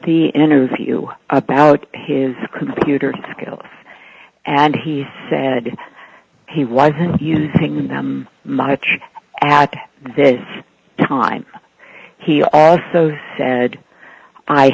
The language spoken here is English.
the interview about his computer skills and he said he wasn't using them much at this time he also said i